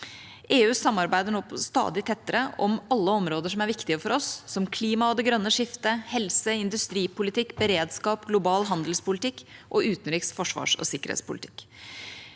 EU samarbeider stadig tettere om alle områder som er viktige for oss, som klima og det grønne skiftet, helse, industripolitikk, beredskap, global handelspolitikk og utenriks-, forsvarsog sikkerhetspolitikk.